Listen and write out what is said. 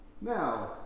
Now